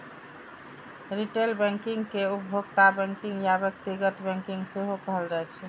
retail banking कें उपभोक्ता banking या व्यक्तिगत बैंकिंग सेहो कहल जाइ छै